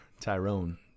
Tyrone